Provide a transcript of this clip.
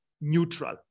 neutral